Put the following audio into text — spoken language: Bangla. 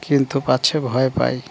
কিন্তু পাছে ভয় পাই